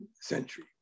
century